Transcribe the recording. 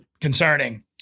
concerning